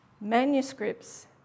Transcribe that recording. manuscripts